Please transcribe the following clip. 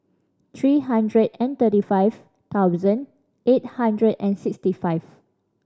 three hundred and thirty five thousand eight hundred and sixty five